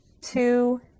two